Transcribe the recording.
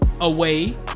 away